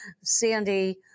Sandy